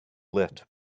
light